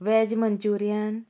veg manchurian